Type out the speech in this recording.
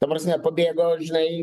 ta prasme pabėgo žinai